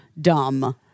dumb